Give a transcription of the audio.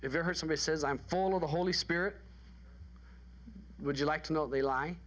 if you're hurt somebody says i'm full of the holy spirit would you like to know they lie